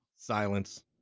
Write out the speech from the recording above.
silence